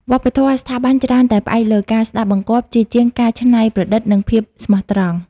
វប្បធម៌ស្ថាប័នច្រើនតែផ្អែកលើ "ការស្ដាប់បង្គាប់" ជាជាង "ការច្នៃប្រឌិត និងភាពស្មោះត្រង់"។